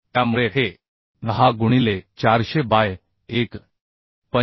त्यामुळे हे 10 गुणिले 400 बाय 1